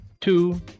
Two